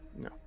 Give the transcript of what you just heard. No